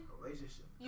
Relationship